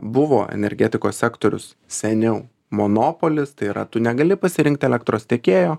buvo energetikos sektorius seniau monopolis tai yra tu negali pasirinkti elektros tiekėjo